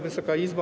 Wysoka Izbo!